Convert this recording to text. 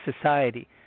society